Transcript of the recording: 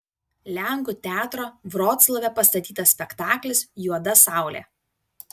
lenkų teatro vroclave pastatytas spektaklis juoda saulė